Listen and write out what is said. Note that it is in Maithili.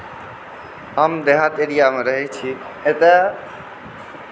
हम देहात एरिआमे रहै छी एतऽ